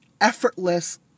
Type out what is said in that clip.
effortless